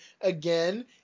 again